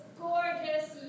gorgeous